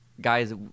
guys